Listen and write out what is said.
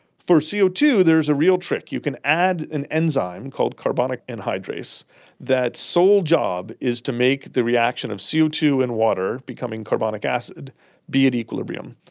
for c o two there's a real trick. you can add an enzyme called carbonic anhydrase that's sole job is to make the reaction of c o two in the water becoming carbonic acid be at equilibrium.